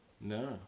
No